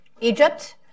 Egypt